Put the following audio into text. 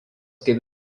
kaip